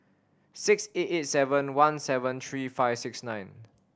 six eight eight seven one seven three five six nine